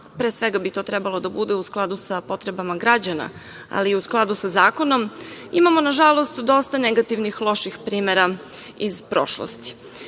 pre svega bi to trebalo da bude u skladu sa potrebama građana, ali i u skladu sa zakonom, imamo nažalost, dosta negativnih loših primera iz prošlosti. Zadnjih